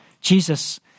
jesus